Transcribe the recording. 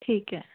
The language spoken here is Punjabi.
ਠੀਕ ਹੈ